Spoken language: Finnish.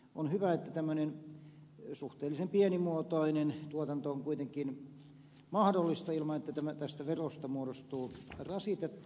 on hyvä että tämmöinen suhteellisen pienimuotoinen tuotanto on kuitenkin mahdollista ilman että tästä verosta muodostuu rasitetta